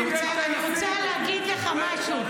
אני רוצה להגיד לך משהו.